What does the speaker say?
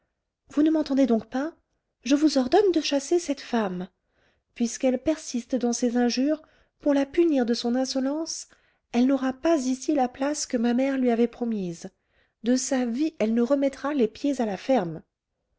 vous ne m'entendez donc pas je vous ordonne de chasser cette femme puisqu'elle persiste dans ses injures pour la punir de son insolence elle n'aura pas ici la place que ma mère lui avait promise de sa vie elle ne remettra les pieds à la ferme